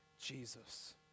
Jesus